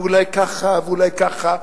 ואולי ככה ואולי ככה,